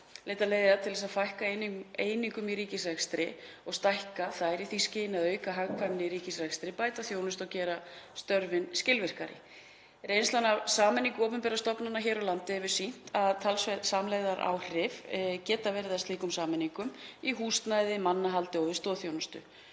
leita leiða til þess að fækka einingum í ríkisrekstri og stækka þær í því skyni að auka hagkvæmni í ríkisrekstri, bæta þjónustu og gera störfin skilvirkari. Reynslan af sameiningu opinberra stofnana hér á landi hefur sýnt að talsverð samlegðaráhrif geta verið af slíkum sameiningum í húsnæði, mannahaldi og í stoðþjónustu.